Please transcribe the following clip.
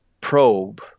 probe